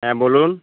হ্যাঁ বলুন